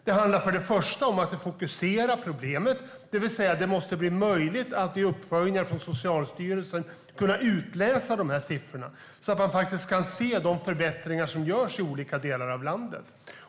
För det första handlar det om att fokusera problemet, det vill säga det måste bli möjligt att i uppföljningar från Socialstyrelsen utläsa dessa siffror så att det går att se de förbättringar som görs i olika delar av landet.